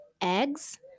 eggs